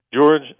George